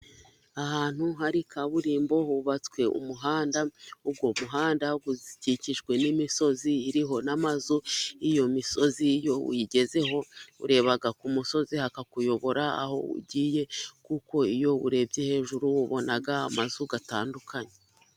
Ahantu hari kaburimbo, hubatswe umuhanda. Uwo muhanda ukikijwe n'imisozi iriho n'amazu, iyo misozi iyuyigezeho ureba ku musozi hakakuyobora aho ugiye, kuko iyo urebye hejuru ubona amazu atandukanye.